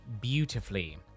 beautifully